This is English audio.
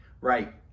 Right